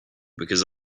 because